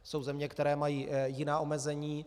Jsou země, které mají jiná omezení.